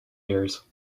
ears